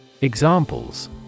Examples